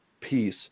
piece